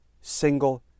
single